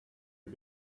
you